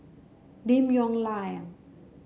Lim Yong Liang